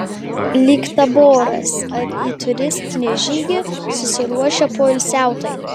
lyg taboras ar į turistinį žygį susiruošę poilsiautojai